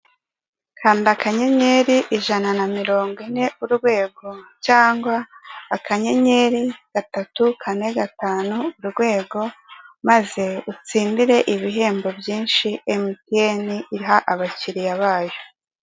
Kanda akanyenyeri ijana na mirongo ine urwego cyangwa akanyenyeri gatatu kane gatanu urwego maze utsindire ibihembo byinshi emutiyene iha abakiriya bayo.